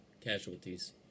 casualties